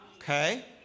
Okay